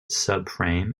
subframe